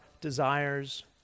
desires